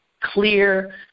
clear